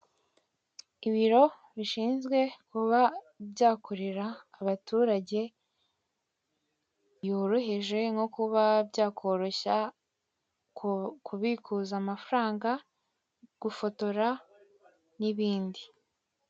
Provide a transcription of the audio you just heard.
Ibiro bishinzwe kuba byakorera abaturage, yoroheje nko kuba byakoroshya kubikuza, kohereza amafaranga, gufotora n'ibindi.